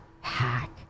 hack